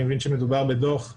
אני מבין שמדובר בדי ישן,